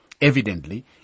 Evidently